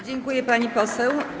Dziękuję, pani poseł.